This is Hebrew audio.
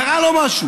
קרה לו משהו.